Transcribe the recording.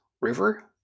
River